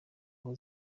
ngo